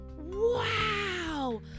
Wow